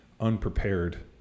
unprepared